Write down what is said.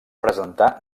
presentar